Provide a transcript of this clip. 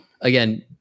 again